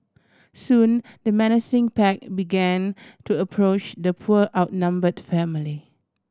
soon the menacing pack began to approach the poor outnumbered family